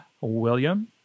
William